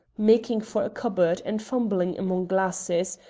making for a cupboard and fumbling among glasses,